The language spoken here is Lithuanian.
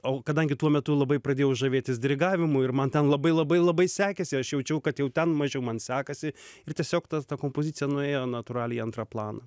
o kadangi tuo metu labai pradėjau žavėtis dirigavimu ir man ten labai labai labai sekėsi aš jaučiau kad jau ten mažiau man sekasi ir tiesiog tas ta kompozicija nuėjo natūraliai į antrą planą